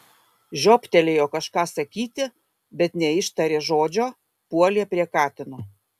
žiobtelėjo kažką sakyti bet neištarė žodžio puolė prie katino